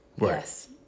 Yes